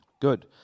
Good